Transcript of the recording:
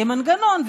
ויהיה מנגנון,